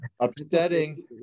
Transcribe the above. Upsetting